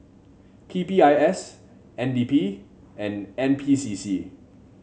P P I S N D P and N P C C